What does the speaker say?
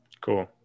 cool